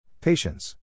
Patience